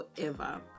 forever